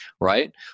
right